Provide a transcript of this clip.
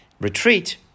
retreat